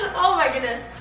oh my goodness,